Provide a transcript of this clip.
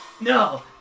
No